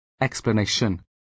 Explanation